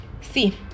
see